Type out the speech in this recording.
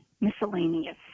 miscellaneous